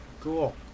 Cool